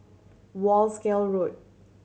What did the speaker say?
Wolskel Road